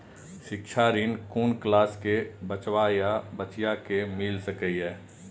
शिक्षा ऋण कुन क्लास कै बचवा या बचिया कै मिल सके यै?